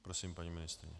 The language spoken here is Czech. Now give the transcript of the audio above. Prosím, paní ministryně.